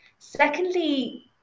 Secondly